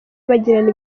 bagirana